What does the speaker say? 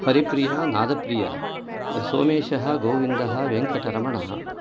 हरिप्रिया नादप्रिया सोमेशः गोविन्दः वेङ्कटरमणः